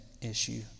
issue